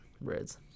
Reds